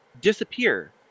disappear